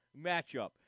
matchup